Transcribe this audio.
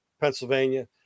pennsylvania